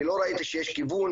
אני לא ראיתי שיש כיוון,